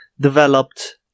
developed